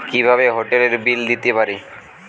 কিভাবে হোটেলের বিল দিতে পারি?